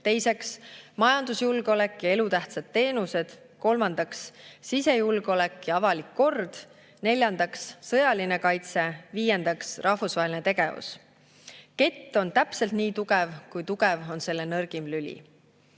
teiseks, majandusjulgeolek ja elutähtsad teenused, kolmandaks, sisejulgeolek ja avalik kord, neljandaks, sõjaline kaitse, viiendaks, rahvusvaheline tegevus. Kett on täpselt nii tugev, kui tugev on selle nõrgim lüli.